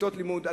בכיתות לימוד.